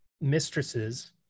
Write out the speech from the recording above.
mistresses